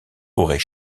aurait